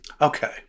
Okay